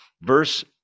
Verse